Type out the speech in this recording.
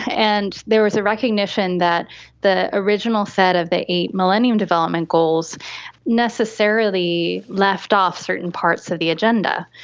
and there was a recognition that the original set of the eight millennium development goals necessarily left off certain parts of the agenda.